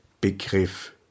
Begriff